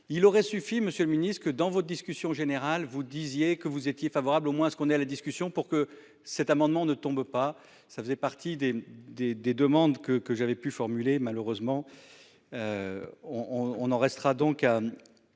il aurait suffi. Monsieur le Ministre que dans votre discussion générale, vous disiez que vous étiez favorable au moins ce qu'on est à la discussion pour que cet amendement ne tombe pas, ça faisait partie des des des demandes que que j'avais pu formuler malheureusement. On on en restera donc.